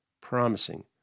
promising